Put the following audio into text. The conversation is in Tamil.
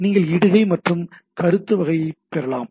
நீங்கள் இடுகை மற்றும் கருத்து வகையைப் பெறலாம்